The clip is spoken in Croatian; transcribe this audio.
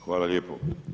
Hvala lijepo.